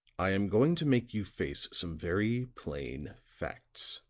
i am going to make you face some very plain facts.